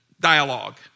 dialogue